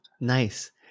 Nice